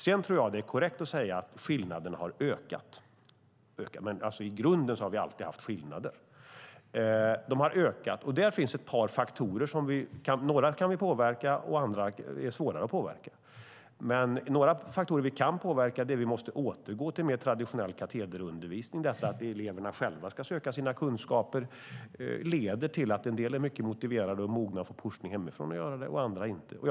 Sedan tror jag att det är korrekt att säga att skillnaderna har ökat, även om vi i grunden alltid har haft skillnader. Där finns ett par faktorer. Några kan vi påverka, andra är svårare att påverka. Men några faktorer vi kan påverka, och det är att vi måste återgå till mer traditionell katederundervisning. Detta att eleverna själva ska söka sina kunskaper leder till att en del är mycket motiverade och mogna och får pushning hemifrån att göra det medan andra inte får det.